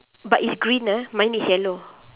but it's green ah mine is yellow